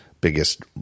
biggest